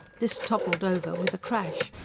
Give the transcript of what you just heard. this toppled over with a crash,